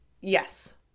Yes